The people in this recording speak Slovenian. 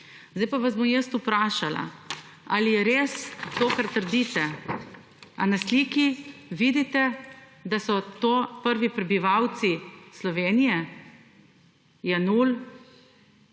Zdaj pa vas bom jaz vprašala, ali je res to kar trdite, a na sliki vidite, da so to prvi prebivalci Slovenije? Jenull,